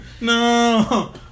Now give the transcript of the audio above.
No